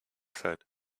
said